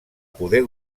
poder